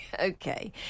Okay